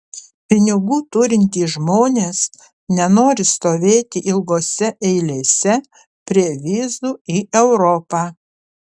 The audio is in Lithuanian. pinigų turintys žmonės nenori stovėti ilgose eilėse prie vizų į europą